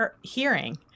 hearing